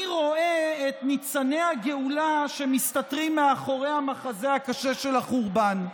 אני רואה את ניצני הגאולה שמסתתרים מאחורי המחזה הקשה של החורבן.